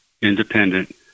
Independent